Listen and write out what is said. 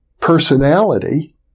personality